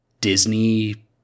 Disney